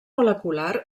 molecular